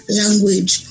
language